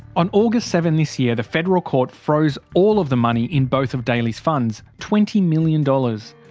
on august seven this year the federal court froze all of the money in both of daly's funds twenty million dollars.